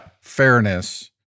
fairness